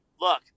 look